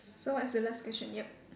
so what's the last question yup